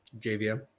JVM